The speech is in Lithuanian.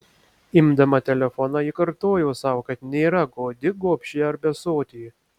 imdama telefoną ji kartojo sau kad nėra godi gobši ar besotė